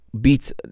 beats